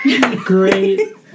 Great